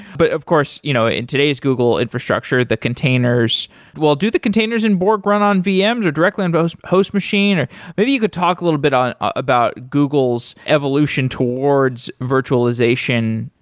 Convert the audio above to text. but of course, you know ah in today's google infrastructure, the containers well, do the containers in borg run on vms or directly on both host machine? or maybe you could talk a little bit on about google's evolution towards virtualization,